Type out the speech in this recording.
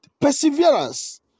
perseverance